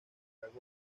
dragón